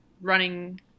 running